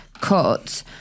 cut